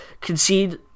Concede